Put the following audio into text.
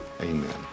amen